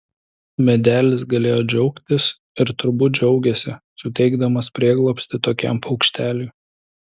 medelis galėjo džiaugtis ir turbūt džiaugėsi suteikdamas prieglobstį tokiam paukšteliui